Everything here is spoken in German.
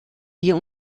wir